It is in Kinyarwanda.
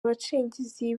abacengezi